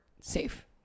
safe